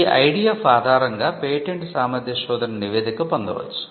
ఈ ఐడిఎఫ్ ఆధారంగా పేటెంట్ సామర్థ్య శోధన నివేదిక పొందవచ్చు